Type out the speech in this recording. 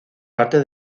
parte